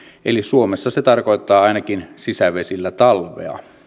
eli suomessa se tarkoittaa ainakin sisävesillä talvea